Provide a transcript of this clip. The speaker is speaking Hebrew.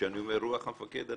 כשאני אומר רוח המפקד,